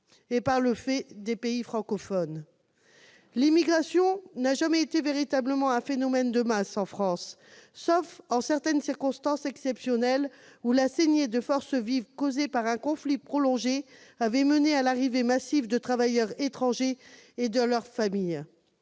et, de ce fait, des pays francophones. L'immigration n'a jamais été véritablement un phénomène de masse en France, sauf en certaines circonstances exceptionnelles, lorsque la saignée de forces vives causée par un conflit prolongé avait mené à l'arrivée massive de travailleurs étrangers et de leurs familles.